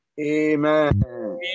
Amen